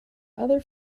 other